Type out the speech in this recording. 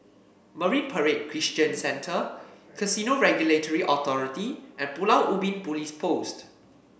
Marine Parade Christian Center Casino Regulatory Authority and Pulau Ubin Police Post